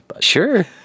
Sure